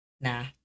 nah